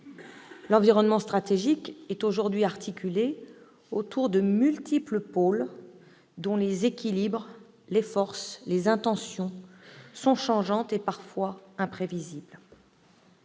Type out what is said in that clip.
L'environnement stratégique est aujourd'hui articulé autour de multiples pôles dont les équilibres, les forces et les intentions sont changeants et parfois imprévisibles.